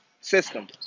system